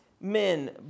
men